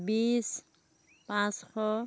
বিছ পাঁচশ